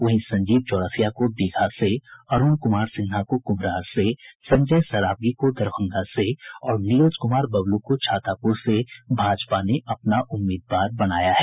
वहीं संजीव चौरसिया को दीघा से अरुण कुमार सिन्हा को कुम्हरार से संजय सरावगी को दरभंगा से और नीरज कुमार बबलू को छातापुर से भाजपा ने अपना उम्मीदवार बनाया है